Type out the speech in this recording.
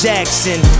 Jackson